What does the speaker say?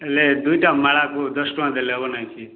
ହେଲେ ଦୁଇଟା ମାଳାକୁ ଦଶ ଟଙ୍କା ଦେଲେ ହବ ନାହିଁ କି